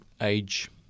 age